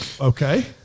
okay